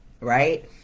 Right